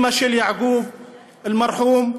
אימא של יעקוב אל-מרחום,